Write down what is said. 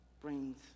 Brings